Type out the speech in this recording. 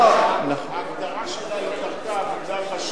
ההגדרה שלה היא שהיא קרתה בגלל רשלנות,